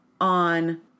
on